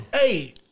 Hey